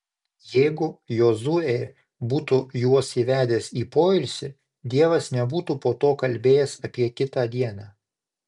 jeigu jozuė būtų juos įvedęs į poilsį dievas nebūtų po to kalbėjęs apie kitą dieną